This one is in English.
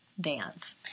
dance